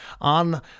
on